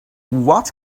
what